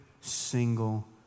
single